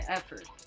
effort